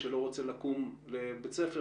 זה מה שצריך לעשות גם בחיפה.